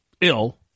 ill